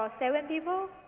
for seven people?